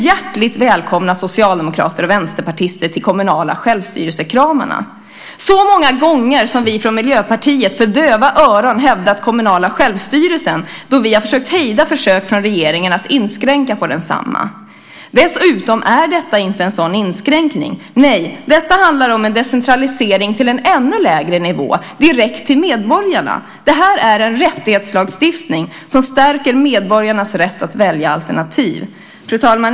Hjärtligt välkomna, socialdemokrater och vänsterpartister, till kommunala självstyrelsekramarna! Så många gånger som vi från Miljöpartiet för döva öron har hävdat den kommunala självstyrelsen då vi har försökt hejda försök från regeringen att inskränka på densamma. Detta är dessutom inte en sådan inskränkning. Detta handlar om en decentralisering till en ännu lägre nivå, direkt till medborgarna. Det här är en rättighetslagstiftning som stärker medborgarnas rätt att välja alternativ. Fru talman!